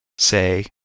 Say